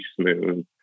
smooth